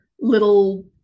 little